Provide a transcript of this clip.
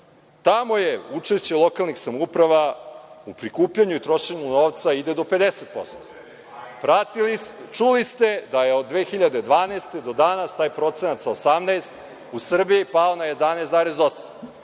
je učešće lokalnih samouprava u prikupljanju i trošenju novca ide do 50%. Čuli ste da je od 2012. godine do danas taj procenat sa 18%, u Srbiji pao na 11,8%.